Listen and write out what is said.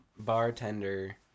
Bartender